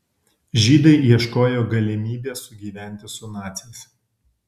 žydai ieškojo galimybės sugyventi su naciais